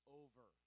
over